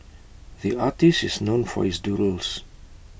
the artist is known for his doodles